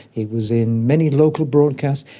it was in many local broadcasts.